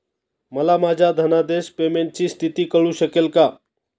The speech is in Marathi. मला माझ्या धनादेश पेमेंटची स्थिती कळू शकते का?